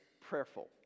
prayerful